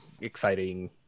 exciting